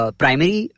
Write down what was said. primary